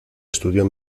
estudió